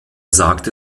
sagte